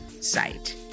site